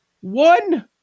One